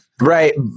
right